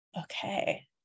Okay